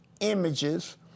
images